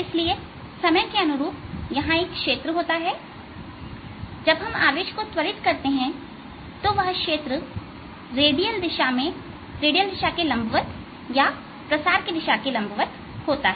इसलिए समय के अनुरूप यहां एक क्षेत्र होता है जब हम आवेश को त्वरित करते हैं तो वह क्षेत्र रेडियल दिशा के लंबवत या प्रसार की दिशा की लंबवत होता है